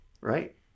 Right